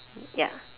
ya